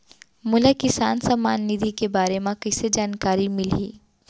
मोला किसान सम्मान निधि के बारे म कइसे जानकारी मिलही?